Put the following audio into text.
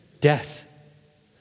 Death